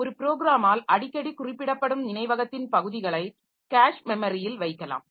ஒரு ப்ரோக்ராமால் அடிக்கடி குறிப்பிடப்படும் நினைவகத்தின் பகுதிகளை கேஷ் மெமரியில் வைக்கலாம்